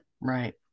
Right